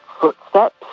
footsteps